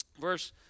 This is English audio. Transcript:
verse